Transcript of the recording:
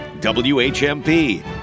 WHMP